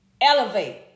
elevate